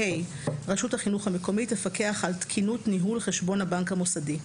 (ה) רשות החינוך המקומית תפקח על תקינות ניהול חשבון הבנק המוסדי.